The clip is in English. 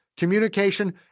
communication